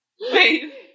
Wait